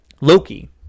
Loki